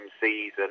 season